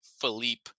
Philippe